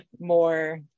more